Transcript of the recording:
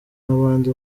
n’abandi